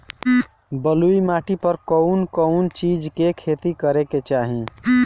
बलुई माटी पर कउन कउन चिज के खेती करे के चाही?